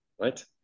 right